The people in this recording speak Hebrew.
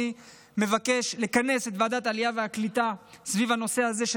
אני מבקש לכנס את ועדת העלייה והקליטה סביב הנושא הזה של